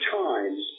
times